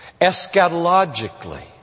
eschatologically